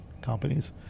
companies